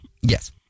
Yes